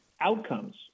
outcomes